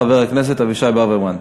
חבר הכנסת אבישי ברוורמן.